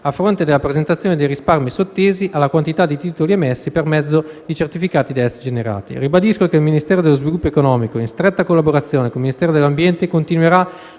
a fronte della presentazione dei risparmi sottesi alla quantità di titoli emessi, per mezzo di certificati da essi generati. Ribadisco che il Ministero dello sviluppo economico, in stretta collaborazione con il Ministero dell'ambiente, continuerà